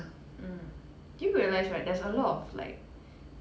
mm do you realize right there's a lot of like